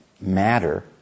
matter